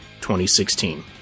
2016